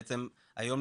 בעצם היום,